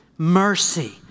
mercy